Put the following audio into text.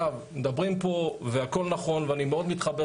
מדברים פה והכול נכון ואני מאוד מתחבר